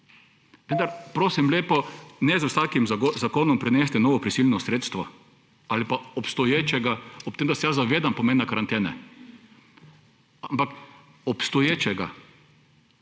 Vendar prosim lepo, ne z vsakim zakonom prinesti novo prisilno sredstvo ali pa obstoječega, ob tem da se zavedam pomena karantene − ampak, obstoječega